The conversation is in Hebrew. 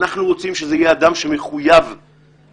אנחנו רוצים שזה יהיה אדם שמחויב לשר,